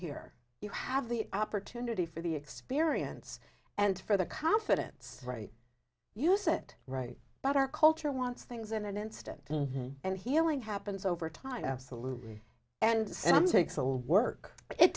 here you have the opportunity for the experience and for the confidence right use it right but our culture wants things in an instant and healing happens over time a